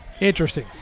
Interesting